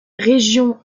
région